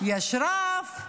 יש רב,